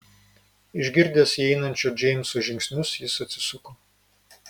išgirdęs įeinančio džeimso žingsnius jis atsisuko